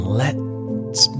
lets